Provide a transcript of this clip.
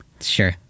Sure